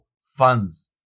funds